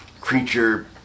creature